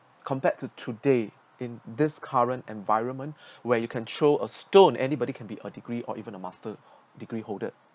compared to today in this current environment where you can throw a stone anybody can be a degree or even a master degree holder